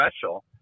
special